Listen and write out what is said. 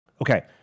Okay